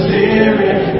Spirit